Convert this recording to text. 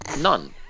none